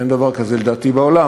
אין דבר כזה לדעתי בעולם,